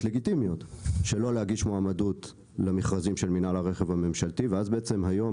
לגיטימיות שלא להגיש מועמדות למכרזים של מינהל הרכב הממשלתי ואז היום,